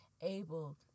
able